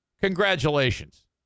congratulations